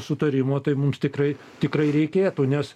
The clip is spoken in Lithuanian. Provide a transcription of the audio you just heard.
sutarimo tai mums tikrai tikrai reikėtų nes